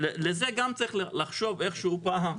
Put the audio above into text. לזה גם צריך לחשוב איכשהו פעם,